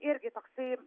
irgi toksai